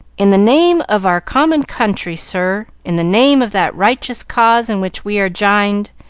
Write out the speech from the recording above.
in the name of our common country, sir, in the name of that righteous cause in which we are jined,